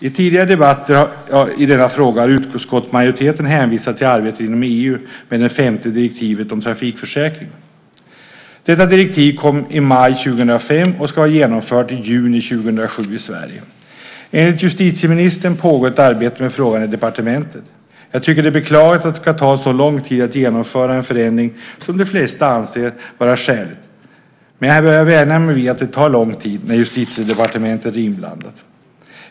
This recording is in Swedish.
I tidigare debatter i denna fråga har utskottsmajoriteten hänvisat till arbete inom EU med det femte direktivet om trafikförsäkring. Detta direktiv kom i maj 2005 och ska vara genomfört i Sverige i juni 2007. Enligt justitieministern pågår ett arbete med frågan i departementet. Jag tycker att det är beklagligt att det ska ta så lång tid att genomföra en förändring som de flesta anser vara skälig, men jag börjar vänja mig vid att det tar lång tid när Justitiedepartementet är inblandat.